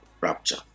Rapture